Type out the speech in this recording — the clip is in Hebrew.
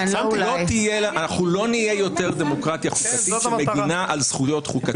אנחנו לא נהיה יותר דמוקרטיה שמגינה על זכויות חוקתיות.